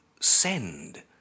send